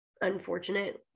unfortunate